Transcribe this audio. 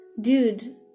Dude